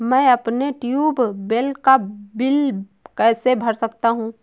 मैं अपने ट्यूबवेल का बिल कैसे भर सकता हूँ?